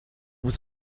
was